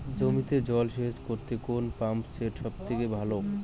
জমিতে জল সেচ করতে কোন পাম্প সেট সব থেকে ভালো?